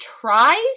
tries